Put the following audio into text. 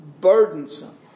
burdensome